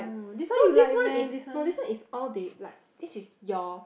so this one is no this one is all they like this is your